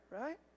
right